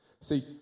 See